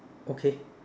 okay